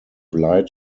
light